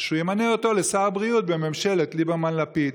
אז שהוא ימנה אותו לשר הבריאות בממשלת ליברמן-לפיד.